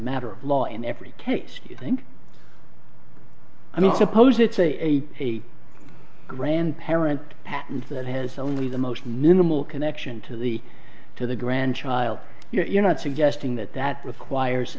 matter of law in every case do you think i don't suppose it's a grandparent patents that has only the most minimal connection to the to the grandchild you're not suggesting that that requires